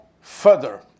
further